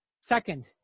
Second